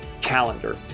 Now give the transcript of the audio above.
calendar